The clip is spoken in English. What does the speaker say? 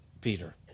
Peter